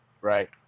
Right